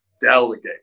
delegate